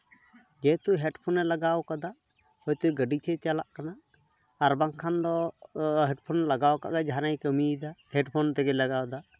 ᱡᱮᱦᱮᱛᱩ ᱦᱮᱰᱯᱷᱳᱱᱮ ᱞᱟᱜᱟᱣ ᱠᱟᱫᱟ ᱦᱚᱭᱛᱳ ᱜᱟᱹᱰᱤᱛᱮᱭ ᱪᱟᱞᱟᱜ ᱠᱟᱱᱟ ᱟᱨ ᱵᱟᱝᱠᱷᱟᱱ ᱫᱚ ᱦᱮᱰᱯᱷᱳᱱ ᱞᱟᱜᱟᱣ ᱠᱟᱫᱟᱭ ᱡᱟᱦᱟᱱᱟᱜ ᱜᱮ ᱠᱟᱹᱢᱤᱭᱮᱫᱟ ᱦᱮᱰᱯᱷᱳᱱ ᱛᱮᱜᱮ ᱞᱟᱜᱟᱣᱫᱟ